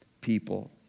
people